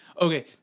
okay